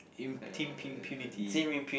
in Team Impunity